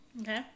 Okay